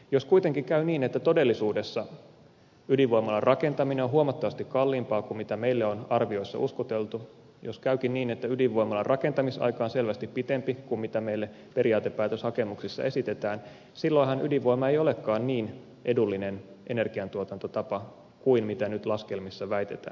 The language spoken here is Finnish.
jos kuitenkin käy niin että todellisuudessa ydinvoimalan rakentaminen on huomattavasti kalliimpaa kuin meille on arvioissa uskoteltu jos käykin niin että ydinvoimalan rakentamisaika on selvästi pitempi kuin meille periaatepäätöshakemuksissa esitetään silloinhan ydinvoima ei olekaan niin edullinen energiantuotantotapa kuin nyt laskelmissa väitetään